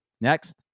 Next